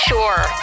Sure